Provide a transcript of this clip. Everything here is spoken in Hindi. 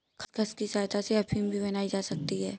खसखस की सहायता से अफीम भी बनाई जा सकती है